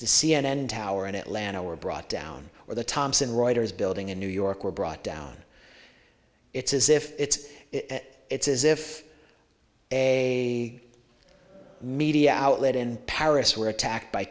the c n n tower in atlanta were brought down or the thomson reuters building in new york were brought down it's as if it's it's as if a media outlet in paris were attacked by